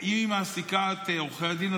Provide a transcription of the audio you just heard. היא מעסיקה את עורכי הדין,